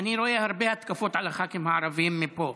אני רואה הרבה התקפות על הח"כים הערבים מפה,